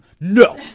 No